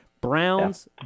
Browns